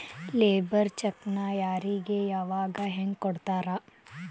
Labour ಚೆಕ್ಕ್ನ್ ಯಾರಿಗೆ ಯಾವಗ ಹೆಂಗ್ ಕೊಡ್ತಾರ?